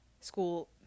school